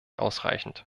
ausreichend